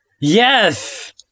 Yes